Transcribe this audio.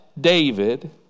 David